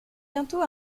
bientôt